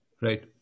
Right